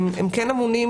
שאם נעשית,